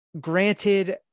Granted